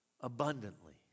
abundantly